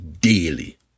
daily